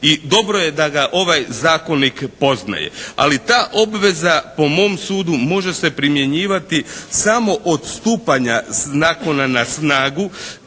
i dobro je da ga ovaj zakonik poznaje, ali ta obveza po mom sudu može se primjenjivati samo od stupanja zakona na snagu